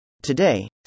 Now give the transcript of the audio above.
Today